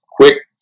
quick